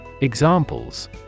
Examples